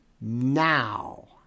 now